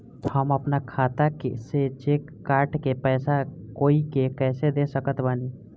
हम अपना खाता से चेक काट के पैसा कोई के कैसे दे सकत बानी?